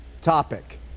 topic